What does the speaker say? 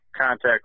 contact